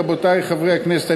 רבותי חברי הכנסת,